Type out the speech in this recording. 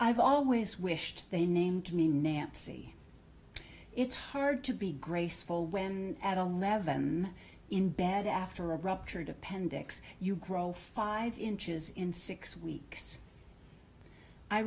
i've always wished they named me nancy it's hard to be graceful when i don't love than in bed after a ruptured appendix you grow five inches in six weeks i